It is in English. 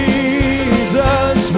Jesus